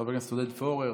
חבר הכנסת עודד פורר,